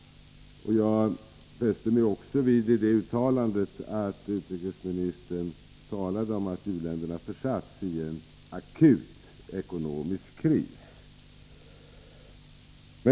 Jag fäste mig också vid att utrikesministern sade att u-länderna försatts i en akut ekonomisk kris.